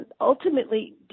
Ultimately